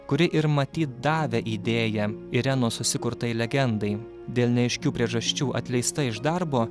kuri ir matyt davė idėją irenos susikurtai legendai dėl neaiškių priežasčių atleista iš darbo